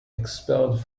expelled